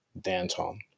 Danton